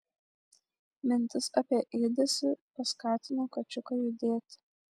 mintis apie ėdesį paskatino kačiuką judėti